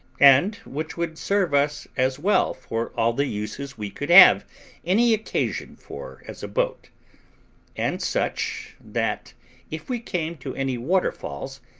and which would serve us as well for all the uses we could have any occasion for as a boat and such, that if we came to any waterfalls,